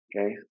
Okay